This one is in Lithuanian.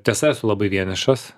tiesa esu labai vienišas